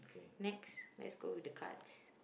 next let's go to the cards